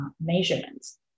measurements